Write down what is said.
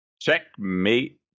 Checkmate